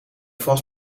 vals